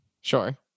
Sure